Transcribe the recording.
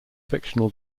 fictional